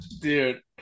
dude